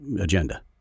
agenda